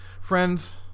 Friends